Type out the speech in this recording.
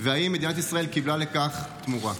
2. האם מדינת ישראל קיבלה לכך תמורה?